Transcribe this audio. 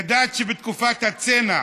ידעת שבתקופת הצנע